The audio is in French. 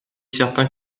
certain